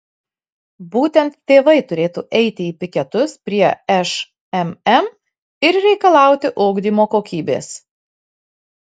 būtent tėvai turėtų eiti į piketus prie šmm ir reikalauti ugdymo kokybės